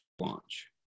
launch